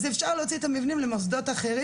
אז אפשר להוציא את המבנים למוסדות אחרים